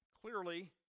clearly